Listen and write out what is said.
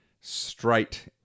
straight